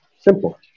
simple